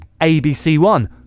ABC1